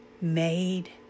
made